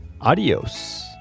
Adios